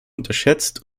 unterschätzt